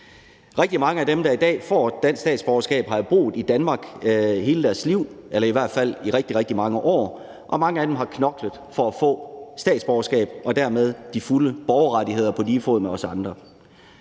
Rigtig mange af dem, der i dag får et dansk statsborgerskab, har jo boet i Danmark hele deres liv, eller i hvert fald i rigtig, rigtig mange år, og mange af dem har knoklet for at få statsborgerskab og dermed de fulde borgerrettigheder på lige fod med os andre.